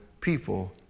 people